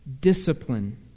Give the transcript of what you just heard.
discipline